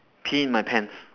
pee in my pants